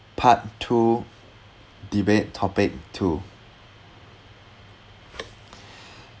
part two debate topic two